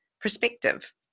perspective